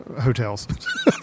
hotels